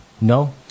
No